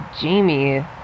Jamie